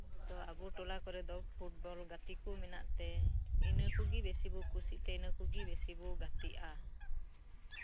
ᱛᱚ ᱟᱵᱩᱴᱚᱞᱟ ᱠᱚᱨᱮᱫᱚ ᱯᱷᱩᱴᱵᱚᱞ ᱜᱟᱛᱤᱠᱩ ᱢᱮᱱᱟᱜᱛᱮ ᱤᱱᱟᱹᱠᱩᱜᱤ ᱵᱮᱥᱤᱵᱩ ᱠᱩᱥᱤᱛᱮ ᱤᱱᱟᱹᱠᱩᱜᱤ ᱵᱮᱥᱤᱵᱩ ᱜᱟᱛᱤᱜᱼᱟ